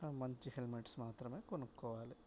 మంచి హెల్మెట్స్ మాత్రమే కొనుక్కోవాలి